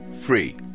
free